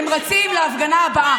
הם רצים להפגנה הבאה.